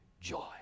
joy